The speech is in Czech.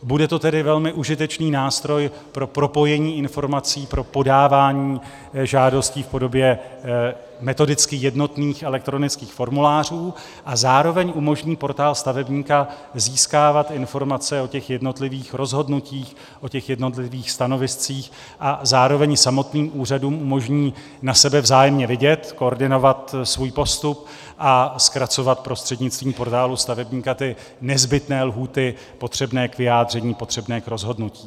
Bude to tedy velmi užitečný nástroj pro propojení informací, pro podávání žádostí v podobě metodicky jednotných elektronických formulářů, a zároveň umožní portál stavebníka získávat informace o jednotlivých rozhodnutích, o jednotlivých stanoviscích a zároveň samotným úřadům umožní na sebe vzájemně vidět, koordinovat svůj postup a zkracovat prostřednictvím portálu stavebníka nezbytné lhůty potřebné k vyjádření, potřebné k rozhodnutí.